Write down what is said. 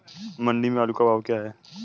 मंडी में आलू का भाव क्या है?